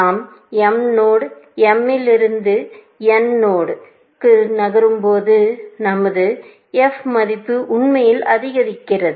நாம் mநோடு m இலிருந்து nநோடு க்கு நகரும்போது நமது f மதிப்பு உண்மையில் அதிகரிக்கிறது